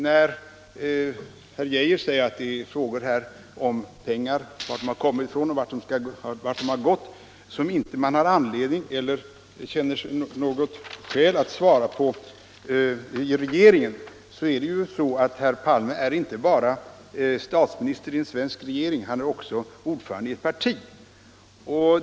När herr Geijer säger att det här är en fråga om var pengar kommit från och vart de gått som regeringen inte har skäl att svara på, vill jag framhålla att herr Palme inte bara är statsminister i en svensk regering utan också ordförande i ett parti.